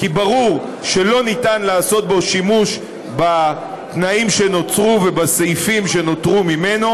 כי ברור שלא ניתן לעשות בו שימוש בתנאים שנוצרו ובסעיפים שנותרו ממנו.